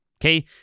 Okay